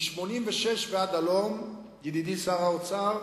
מ-1986 ועד הלום, ידידי שר האוצר,